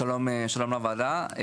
שלום לוועדה.